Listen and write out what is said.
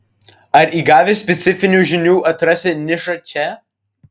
ar įgavęs specifinių žinių atrasi nišą čia